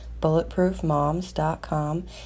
bulletproofmoms.com